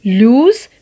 lose